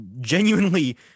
genuinely